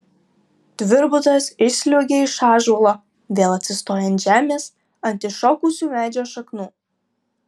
tvirbutas išsliuogia iš ąžuolo vėl atsistoja ant žemės ant iššokusių medžio šaknų